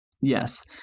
Yes